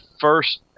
first